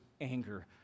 anger